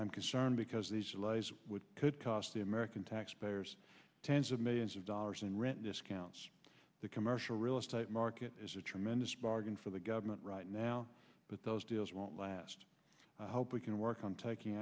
i'm concerned because these delays could cost the american taxpayers tens of millions of dollars rent discounts the commercial real estate market is a tremendous bargain for the government right now but those deals won't last i hope we can work on taking